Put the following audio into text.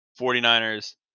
49ers